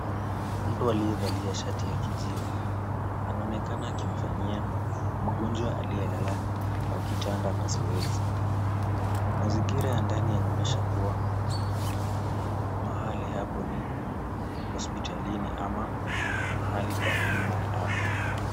Mtu aliyevalia shati ya kijivu anaonekana akimfanyia mgonjwa aliyelala kwa kitanda mazoezi. Mazingira ya ndani yanaonyesha kuwa mahali hapo ni hospitalini ama mahali pa huduma ya afya.